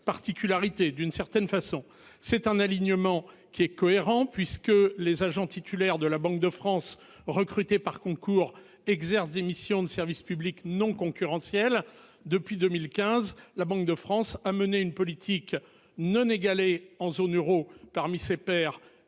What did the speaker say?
particularité d'une certaine façon c'est un alignement qui est cohérent puisque les agents titulaires de la Banque de France, recrutés par concours exercent des missions de service public non concurrentiel depuis 2015, la Banque de France a mené une politique non égalé en zone euro. Parmi ses pairs